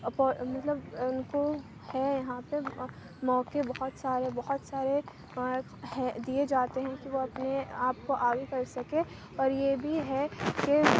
مطلب ان کو ہیں یہاں پہ موقع بہت سارے بہت سارے ہیں دیے جاتے ہیں کہ وہ اپنے آپ کو آگے کر سکیں اور یہ بھی ہے کہ